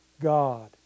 God